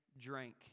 drank